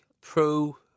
Pro